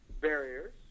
barriers